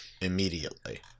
immediately